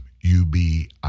UBI